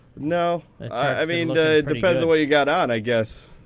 no. i mean you got on, i guess.